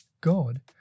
God